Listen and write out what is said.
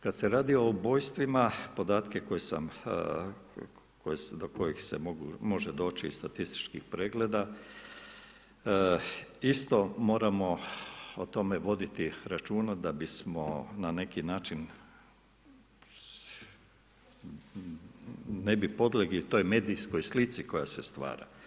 Kada se radi o ubojstvima, podatke do kojih se može doći iz statističkih pregleda, isto moramo o tome voditi računa, da bismo na neki način ne bi podlijegali toj medijskoj slici koja se stvara.